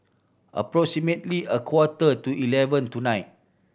approximately a quarter to eleven tonight